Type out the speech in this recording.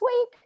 week